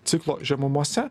ciklo žemumose